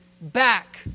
Back